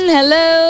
Hello